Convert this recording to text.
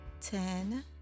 Ten